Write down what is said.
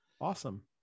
Awesome